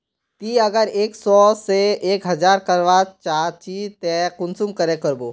ती अगर एक सो से एक हजार करवा चाँ चची ते कुंसम करे करबो?